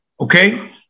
okay